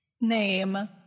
name